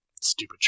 Stupid